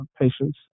patients